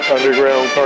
Underground